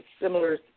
similar